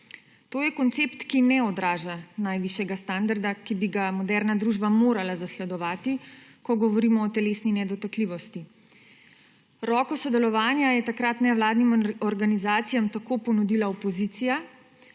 To je koncept, ki ne odraža najvišjega standarda, ki bi ga moderna družba morala zasledovati, ko govorimo o telesni nedotakljivosti. Roko sodelovanja je takrat nevladnim organizacijam tako ponudila opozicija,